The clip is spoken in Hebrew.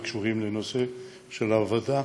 הקשורים לנושא של הוועדה,